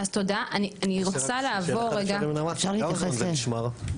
כמה זמן זה נשמר?